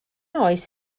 oes